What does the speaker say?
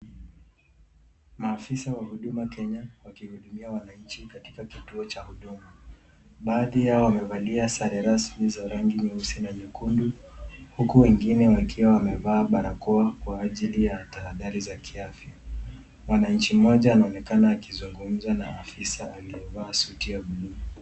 Maafisa wa huduma kenya wakiwahudumia wananchi katika kituo cha huduma. Baadhi yao wamevalia sare rasmi za rangi nyeusi na nyekundu huku wengine wakiwa wamevaa barakoa kwa ajili ya tahadhari za kiafya. Mwananchi mmoja anaonekana akizungumza na afisa aliyevaa suti ya buluu.